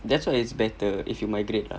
that's why it's better if you migrate lah